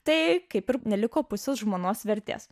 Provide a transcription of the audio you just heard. tai kaip ir neliko pusės žmonos vertės